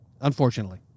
Unfortunately